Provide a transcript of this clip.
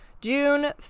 june